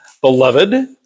beloved